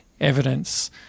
evidence